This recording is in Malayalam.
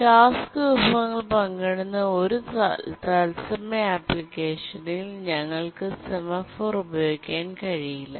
ടാസ്ക് വിഭവങ്ങൾ പങ്കിടുന്ന ഒരു തത്സമയ അപ്ലിക്കേഷനിൽ ഞങ്ങൾക്ക് സെമാഫോർ ഉപയോഗിക്കാൻ കഴിയില്ല